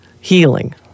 healing